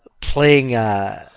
playing